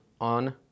on